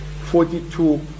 Forty-two